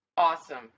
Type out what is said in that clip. awesome